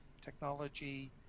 technology